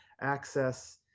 access